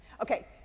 Okay